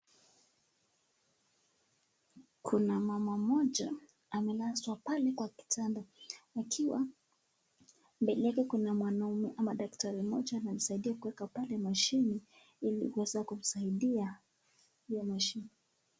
Kuna mama moja amenaswa pale kwa kitanda, akiwa mbele yake kuna mwanaume ama daktari moja anamsaidia mashini iliweze kumsaidia.